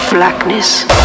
Blackness